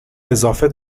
اضافه